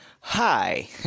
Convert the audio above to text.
Hi